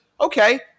okay